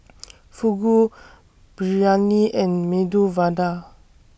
Fugu Biryani and Medu Vada